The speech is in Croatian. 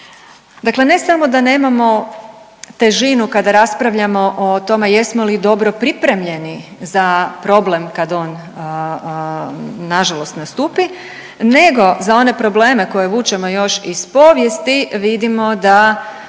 Dakle ne samo da nemamo težinu kad raspravljajmo o tome jesmo li dobro pripremljeni za problem kad on nažalost nastupi nego za one probleme koje vučemo još iz povijesti vidimo da